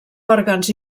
òrgans